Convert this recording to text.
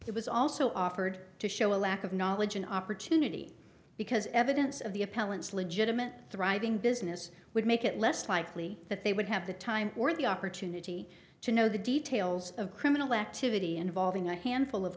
it was also offered to show a lack of knowledge an opportunity because evidence of the appellant's legitimate thriving business would make it less likely that they would have the time or the opportunity to know the details of criminal activity involving a handful of